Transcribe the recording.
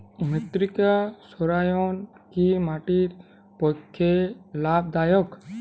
মৃত্তিকা সৌরায়ন কি মাটির পক্ষে লাভদায়ক?